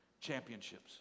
championships